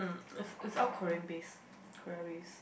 is is all Korean based Korea based